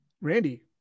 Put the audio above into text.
Randy